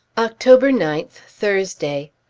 october ninth, thursday.